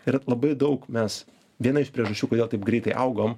ir labai daug mes viena iš priežasčių kodėl taip greitai augom